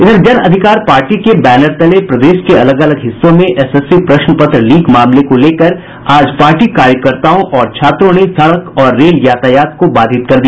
इधर जन अधिकार पार्टी के बैनर तले प्रदेश के अलग अलग हिस्सों में एसएससी प्रश्न पत्र लीक मामले को लेकर आज पार्टी कार्यकर्ताओं और छात्रों ने सड़क और रेल यातायात को बाधित कर दिया